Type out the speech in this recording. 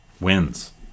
wins